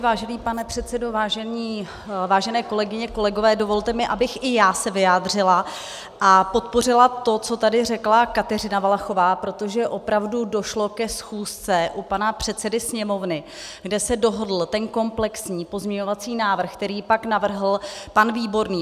Vážený pane předsedo, vážené kolegyně a kolegové, dovolte mi, abych i já se vyjádřila a podpořila to, co tady řekla Kateřina Valachová, protože opravdu došlo ke schůzce u pana předsedy Sněmovny, kde se dohodl ten komplexní pozměňovací návrh, který pak navrhl pan Výborný.